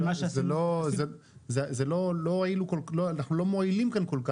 אבל זה לא, אנחנו לא מועילים כאן כל כך.